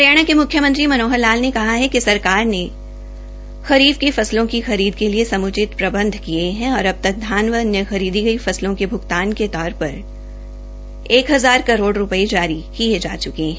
हरियाणा के मुख्यमंत्री मनोहर लाल ने कहा है कि सरकार ने खरीफ की फसलों की खरीद के लिए समुचित प्रबंध किए हैं और अब तक धान व अन्य खरीदी गई फसलों के भुगतान के तौर पर एक हजार करोड़ रूपए जारी किए जा चुके हैं